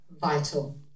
vital